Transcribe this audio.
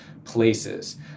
Places